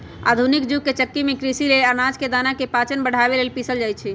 आधुनिक जुग के चक्की में कृषि लेल अनाज के दना के पाचन बढ़ाबे लेल पिसल जाई छै